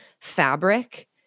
fabric